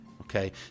okay